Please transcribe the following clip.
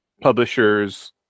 Publishers